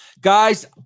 Guys